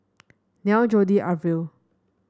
Neil Jodi Arvil